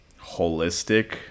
holistic